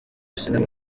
cinema